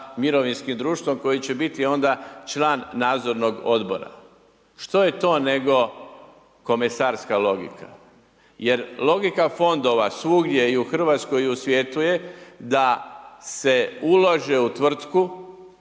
mirovinskim društvom koji će biti onda član nadzornog odbora. Što je to nego komesarska logika? Jer logika fondova svugdje i u Hrvatskoj i u svijetu je da se ulaže u tvrtku,